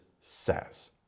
says